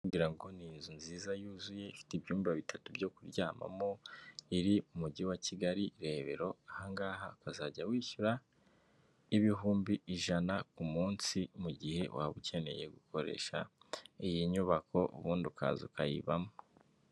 Ngira ngo ni inzu nziza yuzuye ifite ibyumba bitatu byo kuryamamo iri mu mujyi wa kigali Rebero ahangaha ukazajya wishyura ibihumbi ijana ku munsi mu gihe waba ukeneye gukoresha iyi nyubako ubundi ukaza ukayibamo